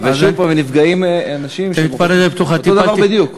שוב, נפגעים אנשים, אותו דבר בדיוק.